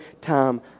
time